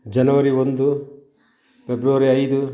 ಜನವರಿ ಒಂದು ಪೆಬ್ರವರಿ ಐದು